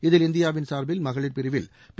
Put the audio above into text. இதில் இந்தியாவின் சார்பில் மகளிர் பிரிவில் பி